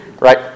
Right